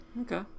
okay